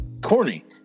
corny